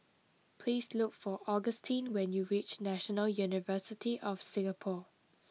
please look for Augustin when you reach National University of Singapore